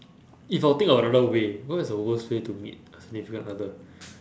if I'll think of another way what is the worst way to meet a significant other